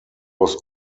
was